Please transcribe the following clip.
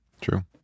true